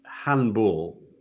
handball